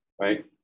right